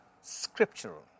scriptural